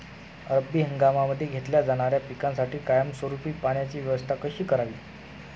रब्बी हंगामामध्ये घेतल्या जाणाऱ्या पिकांसाठी कायमस्वरूपी पाण्याची व्यवस्था कशी करावी?